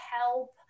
help